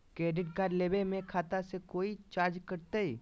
Credit card लेवे में खाता से कोई चार्जो कटतई?